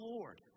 Lord